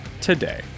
today